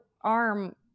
arm